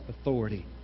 authority